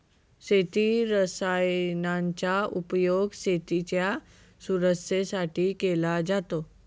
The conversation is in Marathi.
शेती रसायनांचा उपयोग शेतीच्या सुरक्षेसाठी केला जातो